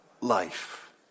life